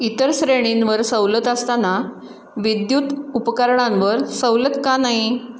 इतर श्रेणींवर सवलत असताना विद्युत उपकरणांवर सवलत का नाही